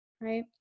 Right